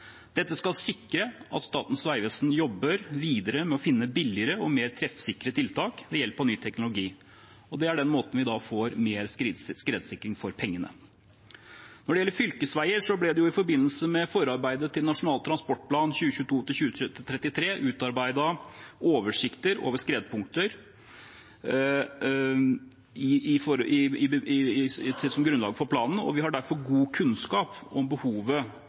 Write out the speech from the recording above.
Dette skal sikre at Statens vegvesen jobber videre med å finne billigere og mer treffsikre tiltak ved hjelp av ny teknologi, og det er den måten vi da får mer skredsikring for pengene. Når det gjelder fylkesveier, ble det i forbindelse med forarbeidet til Nasjonal transportplan 2022–2033 utarbeidet oversikt over skredpunkter som grunnlag for planen, og vi har derfor god kunnskap om behovet